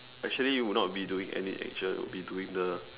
actually it would not be doing any action it would be doing the